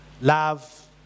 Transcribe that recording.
love